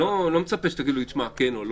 אני לא מצפה שתגידו לי כן או לא.